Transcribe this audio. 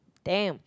damn